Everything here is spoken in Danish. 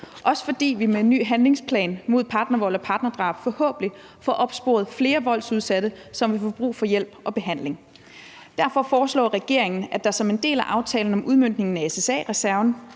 også fordi vi med en ny handlingsplan mod partnervold og partnerdrab forhåbentlig får opsporet flere voldsudsatte, som vil få brug for hjælp og behandling. Derfor foreslår regeringen, at der som en del af aftalen om udmøntningen af SSA-reserven